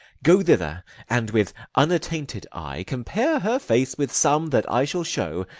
go thither and, with unattainted eye, compare her face with some that i shall show,